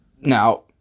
Now